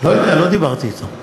לא יודע, לא דיברתי אתו.